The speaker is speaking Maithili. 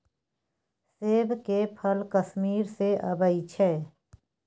सेब के फल कश्मीर सँ अबई छै